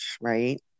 right